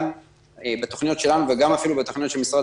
גם בתוכניות שלנו ואפילו גם בתוכניות של משרד